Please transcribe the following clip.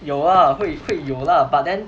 有 ah 会会有 lah but then